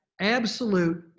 absolute